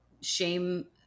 shame